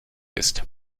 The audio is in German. ist